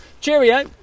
cheerio